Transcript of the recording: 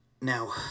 Now